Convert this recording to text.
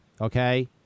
okay